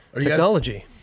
technology